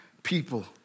People